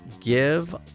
Give